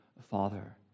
Father